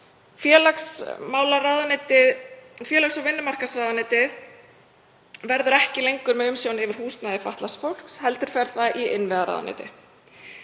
félagsmála- og vinnumarkaðsráðuneytið verði ekki lengur með umsjón með húsnæði fatlaðs fólks heldur fer það í innviðaráðuneyti.